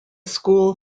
school